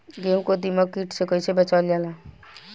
गेहूँ को दिमक किट से कइसे बचावल जाला?